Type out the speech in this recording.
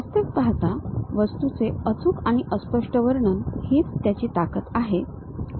वास्तविक पाहता वस्तूचे अचूक आणि अस्पष्ट वर्णन हीच त्याची ताकद आहे